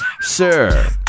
Sir